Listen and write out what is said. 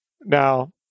Now